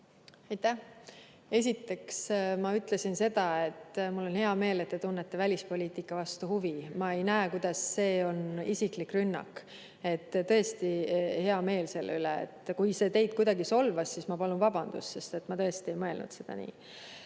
Aitäh! Esiteks, ma ütlesin seda, et mul on hea meel, et te tunnete välispoliitika vastu huvi. Ma ei näe, kuidas see on isiklik rünnak. Tõesti, mul on hea meel selle üle. Kui see teid kuidagi solvas, siis ma palun vabandust, sest ma tõesti ei mõelnud seda nii.